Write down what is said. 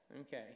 Okay